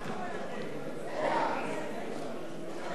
הצעת סיעת האיחוד הלאומי להביע